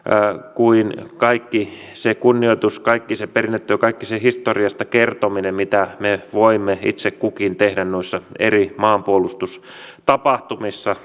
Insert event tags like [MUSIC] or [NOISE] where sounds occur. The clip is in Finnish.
kuin kaikki se kunnioitus kaikki se perinnetyö kaikki se historiasta kertominen ovat se mitä me voimme itse kukin tehdä noissa eri maanpuolustustapahtumissa [UNINTELLIGIBLE]